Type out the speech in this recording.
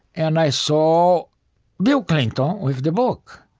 and i saw bill clinton with the book.